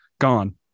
gone